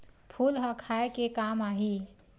फूल ह खाये के काम आही?